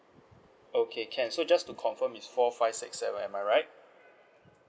okay can so just to confirm is four five six seven am I right